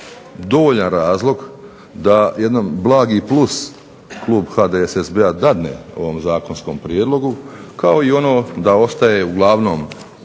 dovoljan razlog da jedan blagi plus klub HDSSB-a dadne ovom zakonskom prijedlogu kao i ono da ostaje uglavnom